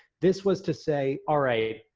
this was to say, all right,